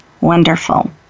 Wonderful